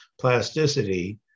plasticity